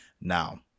Now